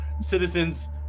Citizens